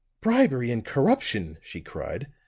bribery and corruption! she cried,